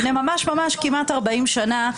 לפני כמעט 40 שנה,